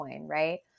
right